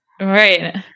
right